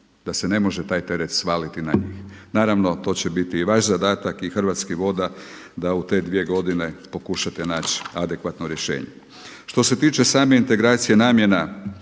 da se ne može taj teret svaliti na njih. Naravno to će biti i vaš zadatak i Hrvatskih voda da u te dvije godine pokušate nać adekvatno rješenje. Što se tiče same integracije namjena,